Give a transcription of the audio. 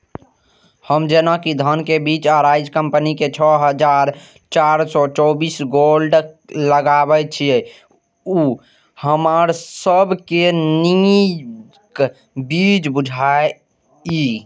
हम जेना कि धान के बीज अराइज कम्पनी के छः हजार चार सौ चव्वालीस गोल्ड लगाबे छीय उ हमरा सब के नीक बीज बुझाय इय?